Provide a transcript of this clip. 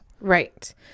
Right